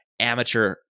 amateur